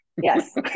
Yes